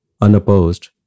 Unopposed